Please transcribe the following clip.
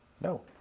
No